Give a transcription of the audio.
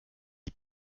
die